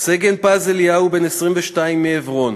סגן פז אליהו, בן 22, מעברון,